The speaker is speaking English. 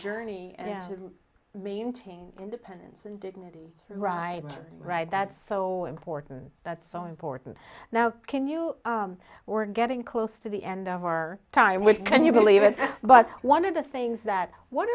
journey to maintain independence and dignity right right that's so important that's so important now can you we're getting close to the end of our time with you and you believe it but one of the things that what